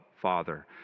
Father